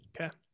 Okay